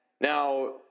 Now